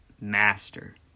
master